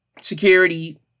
security